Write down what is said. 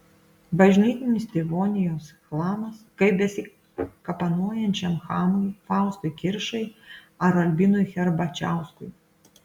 bažnytinis tėvonijos chlamas kaip besikapanojančiam chamui faustui kiršai ar albinui herbačiauskui